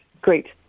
Great